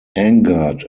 angered